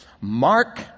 Mark